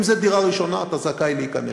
אם זו דירה ראשונה, אתה זכאי להיכנס.